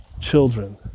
children